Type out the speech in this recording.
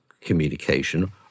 communication